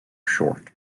short